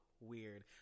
weird